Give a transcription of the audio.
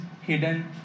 hidden